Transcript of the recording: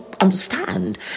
understand